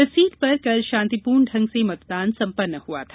इस सीट पर कल शांतिपूर्ण ठंग से मतदान सम्पन्न हुआ था